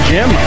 Jim